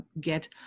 get